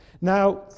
Now